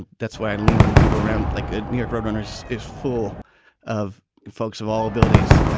that's why i lean on the people around like new york roadrunners is full of folks of all abilities.